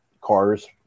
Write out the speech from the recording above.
cars